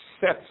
sets